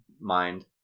mind